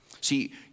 See